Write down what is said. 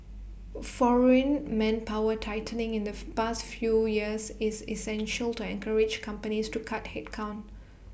foreign manpower tightening in the past few years is essential to encourage companies to cut headcount